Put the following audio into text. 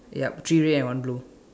yup three red and one blue